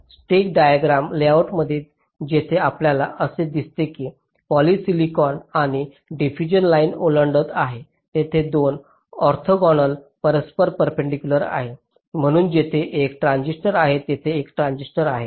तर आपल्या stick diagram लेआउटमध्ये जिथे आपल्याला असे दिसते की पॉली सिलिकॉन आणि डिफ्यूजन लाइन ओलांडत आहे तेथे दोन ऑर्थोगोनल परस्पर पेरपेंडीकलर आहेत म्हणून येथे एक ट्रान्झिस्टर असेल येथे एक ट्रान्झिस्टर असेल